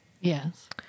Yes